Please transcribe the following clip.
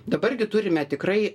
dabar gi turime tikrai